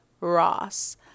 Ross